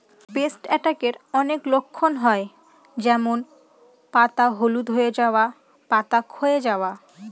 paste অ্যাটাকের অনেক লক্ষণ হয় যেমন পাতা হলুদ হয়ে যাওয়া, পাতা ক্ষয়ে যাওয়া